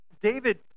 David